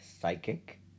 psychic